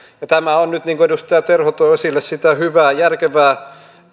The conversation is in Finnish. ja tämä on nyt niin kuin edustaja terho toi esille sitä hyvää järkevää